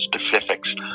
specifics